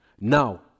Now